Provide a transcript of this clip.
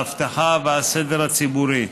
האבטחה והסדר הציבורי.